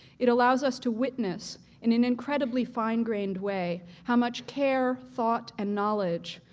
it allows us to witness in an incredibly fine-grained way how much care, thought and knowledge,